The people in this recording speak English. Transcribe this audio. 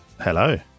Hello